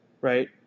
right